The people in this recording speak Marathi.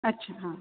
अच्छा हां